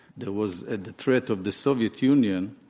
there was ah the threat of the soviet union,